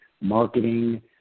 marketing